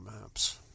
maps